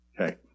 Okay